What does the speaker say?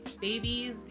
Babies